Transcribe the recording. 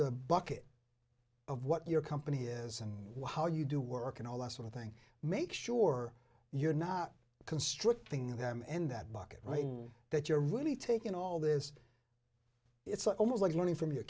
the bucket of what your company is and how you do work and all that sort of thing make sure you're not constricting them in that bucket right that you're really taking all this it's almost like learning from your